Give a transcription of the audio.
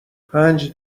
پنج